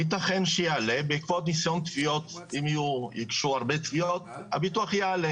יתכן שיעלה בעקבות ניסיון תביעות אם יוגשו הרבה תביעות הביטוח יעלה.